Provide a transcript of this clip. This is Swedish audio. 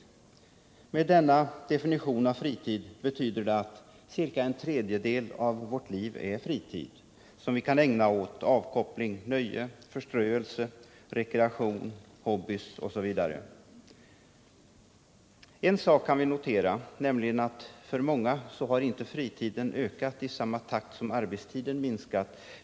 Enligt denna definition är ca en tredjedel av vårt liv fritid som vi kan ägna åt avkoppling, nöje, förströelse, rekreation, olika hobbyverksamheter osv. En sak kan vi notera, nämligen att fritiden för många inte ökat i samma takt som arbetstiden minskat.